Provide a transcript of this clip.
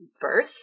birth